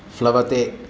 प्लवते